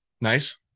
Nice